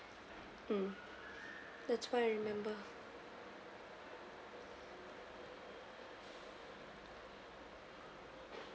mm that's what I remember